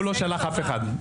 הוא לא שלח אף אחד,